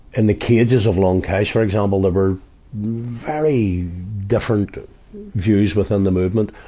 and the cages of long kesh, for example, there were very different views within the movement.